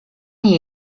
nie